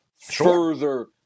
further